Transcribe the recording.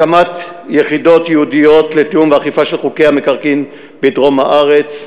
הקמת יחידות ייעודיות לתיאום ואכיפה של חוקי המקרקעין בדרום הארץ.